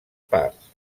parts